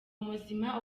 muzima